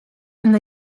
and